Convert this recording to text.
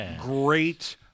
great